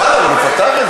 הוא פתר את